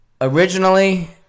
Originally